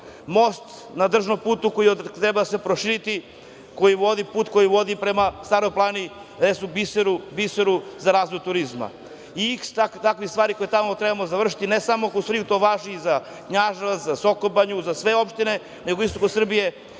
Most na državnom putu koji treba proširiti, put koji vodi prema Staroj planini, biseru za razvoj turizma i iks takvih stvari koje tamo trebamo završiti, ne samo u Svrljigu, to važi i za Knjaževac, za Sokobanju, za sve opštine na jugoistoku Srbije,